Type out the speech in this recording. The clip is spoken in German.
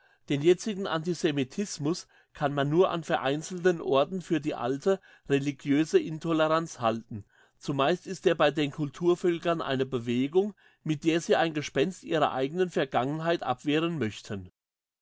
den jetzigen antisemitismus kann man nur an vereinzelten orten für die alte religiöse intoleranz halten zumeist ist er bei den culturvölkern eine bewegung mit der sie ein gespenst ihrer eigenen vergangenheit abwehren möchten